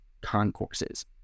concourses